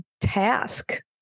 task